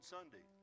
Sunday